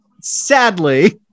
sadly